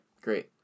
great